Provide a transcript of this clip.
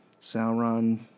Sauron